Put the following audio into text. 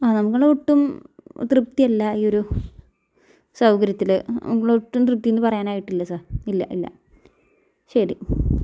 ഞങ്ങളൊട്ടും തൃപ്തിയല്ല ഈ ഒരു സൗകര്യത്തിൽ നമ്മളൊട്ടും തൃപ്ത്തീന്ന് പറയാനായിട്ടില്ല സാർ ഇല്ല ഇല്ല ശരി